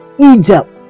Egypt